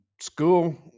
school